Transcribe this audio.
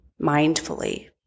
mindfully